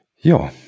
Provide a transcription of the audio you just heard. Ja